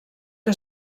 que